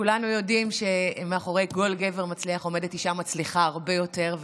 כולנו יודעים שמאחורי כל גבר מצליח עומדת אישה מצליחה הרבה יותר,